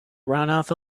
runoff